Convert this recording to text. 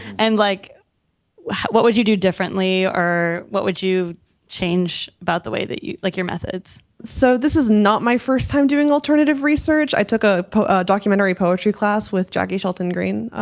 and like what would you do differently? or what would you change about the way that you, like your methods? so this is not my first time doing alternative research, i took a documentary poetry class with jackie shelton green,